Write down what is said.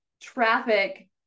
traffic